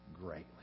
greatly